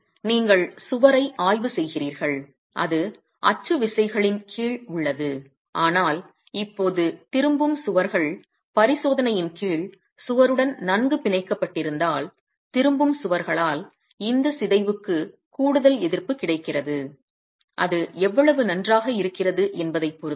எனவே நீங்கள் சுவரை ஆய்வு செய்கிறீர்கள் அது அச்சு விசைகளின் கீழ் உள்ளது ஆனால் இப்போது திரும்பும் சுவர்கள் பரிசோதனையின் கீழ் சுவருடன் நன்கு பிணைக்கப்பட்டிருந்தால் திரும்பும் சுவர்களால் இந்த சிதைவுக்கு கூடுதல் எதிர்ப்பு கிடைக்கிறது அது எவ்வளவு நன்றாக இருக்கிறது என்பதைப் பொறுத்தது